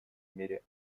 мере